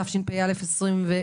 התשפ"א-2021,